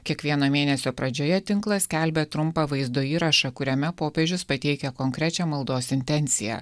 kiekvieno mėnesio pradžioje tinklas skelbia trumpą vaizdo įrašą kuriame popiežius pateikia konkrečia maldos intencija